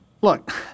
Look